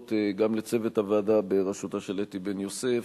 גם לצוות הוועדה בראשותה של אתי בן-יוסף,